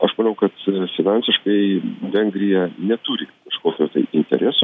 aš manau kad finansiškai vengrija neturi kažkokio tai interes